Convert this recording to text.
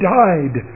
died